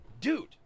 dude